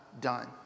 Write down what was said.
done